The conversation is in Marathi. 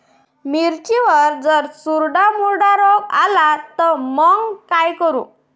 मिर्चीवर जर चुर्डा मुर्डा रोग आला त मंग का करू?